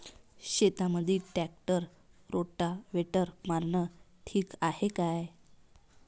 शेतामंदी tractor rotavator मारनं ठीक हाये का?